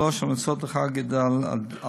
3. המלצות לעיד אל-אדחא,